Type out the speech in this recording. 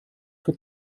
für